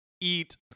eat